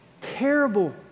terrible